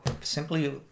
simply